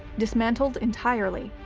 dismantled entirely.